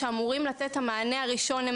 שאמורים לתת את המענה הראשון.